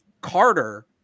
Carter